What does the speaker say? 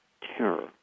terror